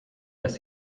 dass